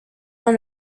dans